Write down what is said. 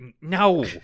No